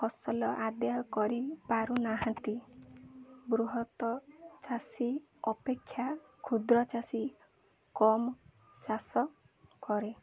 ଫସଲ ଆଦାୟ କରିପାରୁନାହାନ୍ତି ବୃହତ ଚାଷୀ ଅପେକ୍ଷା କ୍ଷୁଦ୍ର ଚାଷୀ କମ୍ ଚାଷ କରେ